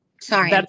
Sorry